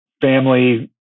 family